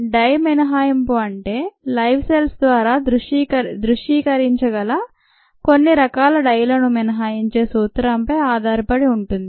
die మినహాయింపు అంటే live cells ద్వారా దృశ్యీకరించగల కొన్ని రకాల డైలను మినహాయించే సూత్రం పై ఆధారపడి ఉంటుంది